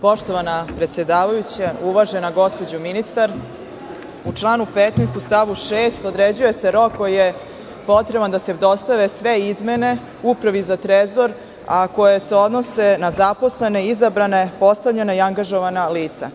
Poštovana predsedavajuća, uvažena gospođo ministar, u članu 15. u stavu 6. određuje se rok koji je potreban da se dostave sve izmene Upravi za Trezor, a koje se odnose na zaposlena, izabrana, postavljena i angažovana lica.